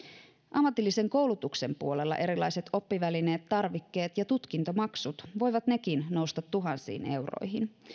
ammatillisen koulutuksen puolella erilaiset oppivälineet tarvikkeet ja tutkintomaksut voivat nekin nousta tuhansiin euroihin